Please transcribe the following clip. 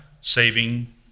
saving